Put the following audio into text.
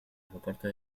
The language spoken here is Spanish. aeropuerto